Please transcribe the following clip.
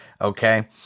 okay